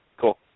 Cool